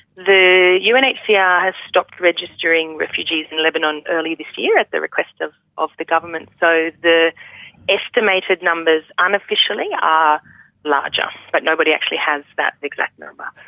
the unhcr and yeah has stopped registering refugees in lebanon early this year at the request of of the government. so the estimated numbers unofficially are larger, but nobody actually has that exact number.